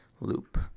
loop